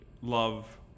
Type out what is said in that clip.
love